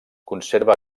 conserva